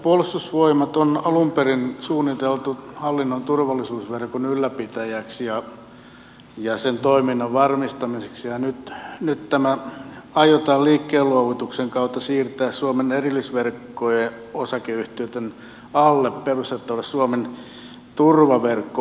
puolustusvoimat on alun perin suunniteltu hallinnon turvallisuusverkon ylläpitäjäksi ja sen toiminnan varmistamiseksi ja nyt tämä aiotaan liikkeen luovutuksen kautta siirtää suomen erillisverkot oyn alle perustettavalle suomen turvallisuusverkko oylle